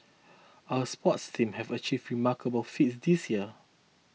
our sports teams have achieved remarkable feats this year